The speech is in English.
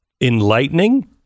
enlightening